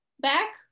back